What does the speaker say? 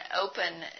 open